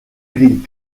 grill